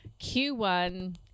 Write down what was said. Q1